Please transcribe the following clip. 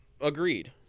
Agreed